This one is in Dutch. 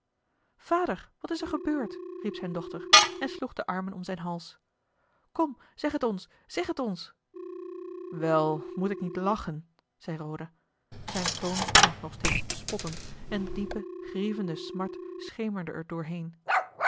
vader wat is er gebeurd riep zijne dochter en sloeg de armen om zijn hals kom zeg het ons zeg het ons wel moet ik niet lachen zei roda zijn toon klonk nog steeds spottend en diepe grievende smart